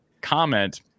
comment